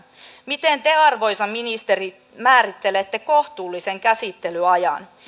miten te arvoisa ministeri määrittelette kohtuullisen käsittelyajan